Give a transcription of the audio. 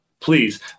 Please